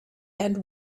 and